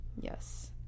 Yes